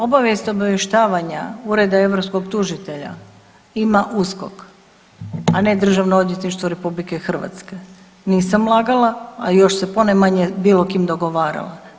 Obavijest obavještavanje Ureda europskog tužitelja ima USKOK, a ne Državno odvjetništvo RH, nisam lagala, a još se ponajmanje s bilo kim dogovarala.